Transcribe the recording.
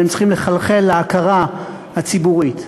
אבל הם צריכים לחלחל להכרה הציבורית.